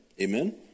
Amen